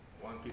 one –